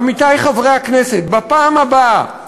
עמיתי חברי הכנסת, בפעם הבאה